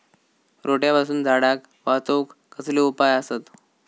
रोट्यापासून झाडाक वाचौक कसले उपाय आसत?